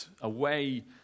away